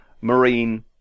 Marine